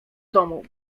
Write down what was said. domu